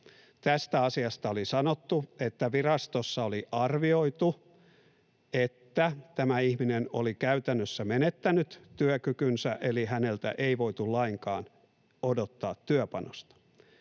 Tästä asiasta oli sanottu, että virastossa oli arvioitu, että tämä ihminen oli käytännössä menettänyt työkykynsä eli häneltä ei voitu lainkaan odottaa työpanosta.